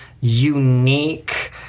unique